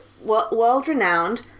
world-renowned